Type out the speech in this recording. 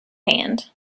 hand